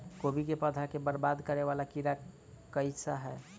कोबी केँ पौधा केँ बरबाद करे वला कीड़ा केँ सा है?